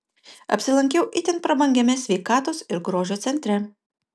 apsilankiau itin prabangiame sveikatos ir grožio centre